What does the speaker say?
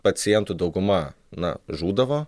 pacientų dauguma na žūdavo